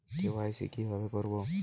KYC কিভাবে করব?